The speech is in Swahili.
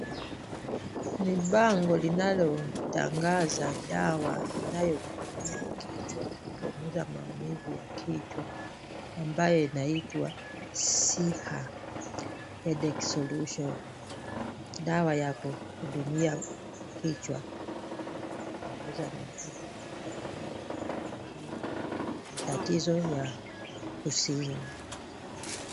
Ni bango linalotangaza dawa inayohudumia kichwa, kupunguza maumivu ya kichwa, ambayo inaitwa Siha Headache Solution, dawa ya kuhudumia kichwa na kupunguza maumivu ya kichwa na tatizo ya kusini.